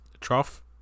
trough